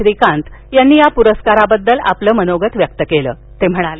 श्रीकांत यांनी या पुरस्काराबद्दल आपलं मनोगत व्यक्त ते म्हणाले